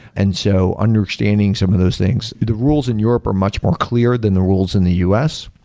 and so understanding some of those things. the rules in europe are much more clear than the rules in the us,